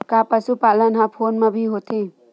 का पशुपालन ह फोन म भी होथे?